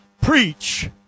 preach